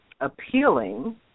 appealing